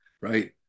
right